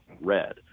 red